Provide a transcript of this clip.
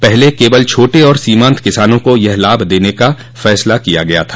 पहले केवल छोटे और सीमांत किसानों को यह लाभ देने का फैसला किया गया था